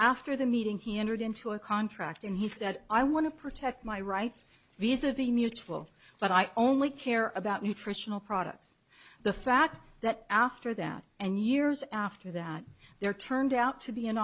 after the meeting he entered into a contract and he said i want to protect my rights these are the mutual but i only care about nutritional products the fact that after that and years after that there turned out to be an